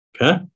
Okay